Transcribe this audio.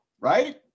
right